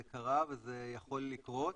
זה קרה וזה יכול לקרות,